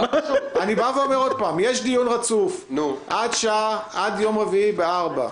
אני בא ואומר עוד פעם: יש דיון רצוף עד יום רביעי ב-16:00.